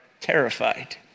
terrified